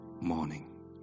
morning